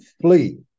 flee